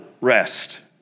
rest